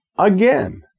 again